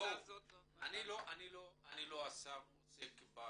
אני לא עוסק בחלופות,